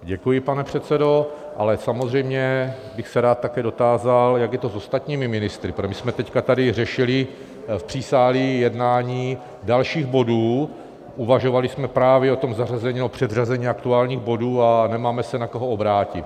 Děkuji, pane předsedo, ale samozřejmě bych se rád také dotázal, jak je to s ostatními ministry, protože my jsme teď tady řešili v přísálí jednání dalších bodů, uvažovali jsme právě o zařazení nebo předřazení aktuálních bodů, a nemáme se na koho obrátit.